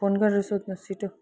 phone गरेर सोध्नुहोस् छिटो